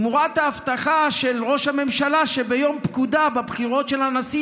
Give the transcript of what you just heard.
תמורת ההבטחה של ראש הממשלה שביום פקודה בבחירות של הנשיא